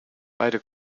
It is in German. beide